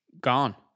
gone